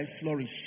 flourish